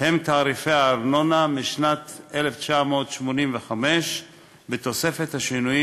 הם תעריפי הארנונה משנת 1985 בתוספת השינויים